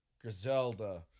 Griselda